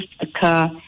occur